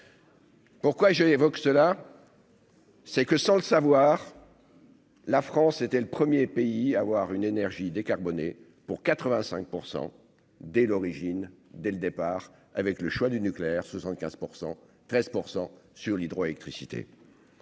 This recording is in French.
Pourquoi j'évoque cela. C'est que, sans le savoir. La France était le 1er pays à avoir une énergie décarbonée pour 85 % dès l'origine, dès le départ avec le choix du nucléaire 75 % 13 % sur l'hydroélectricité.